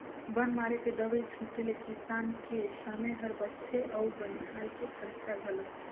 बन मारे के दवई छीटें ले किसान के समे हर बचथे अउ बनिहार के खरचा घलो